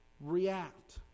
react